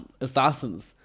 assassins